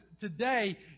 today